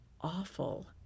awful